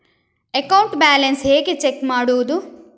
Account balance ಹೇಗೆ check ಮಾಡುವುದು?